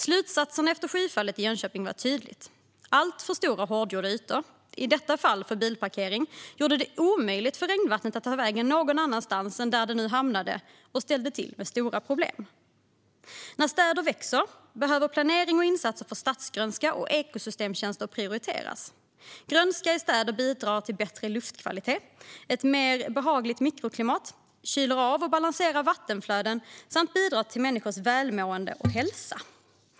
Slutsatsen efter skyfallet i Jönköping var tydlig: Alltför stora hårdgjorda ytor, i detta fall för bilparkering, gjorde det omöjligt för regnvattnet att ta vägen någon annanstans än dit där det nu hamnade och ställde till stora problem. När städer växer behöver planering och insatser för stadsgrönska och ekosystemtjänster prioriteras. Grönska i städer bidrar till bättre luftkvalitet och ett mer behagligt mikroklimat. Den kyler av och balanserar vattenflöden och bidrar till människors välmående och hälsa.